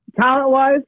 Talent-wise